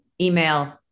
email